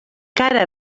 cara